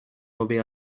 away